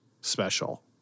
special